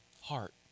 heart